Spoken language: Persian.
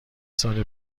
سال